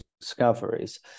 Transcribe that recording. discoveries